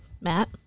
Matt